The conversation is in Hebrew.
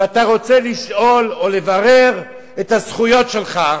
שאם אתה רוצה לשאול או לברר את הזכויות שלך,